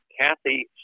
kathy